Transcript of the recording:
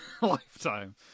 Lifetime